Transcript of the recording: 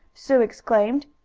sue exclaimed.